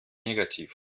negativ